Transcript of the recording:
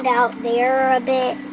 out there a bit,